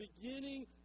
beginning